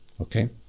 Okay